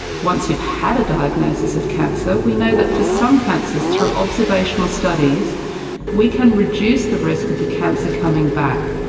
once you've have a diagnosis of cancer, we know that for some cancers through observational studies we can reduce the risk of the cancer coming back.